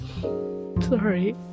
sorry